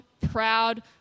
proud